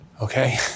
okay